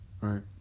Right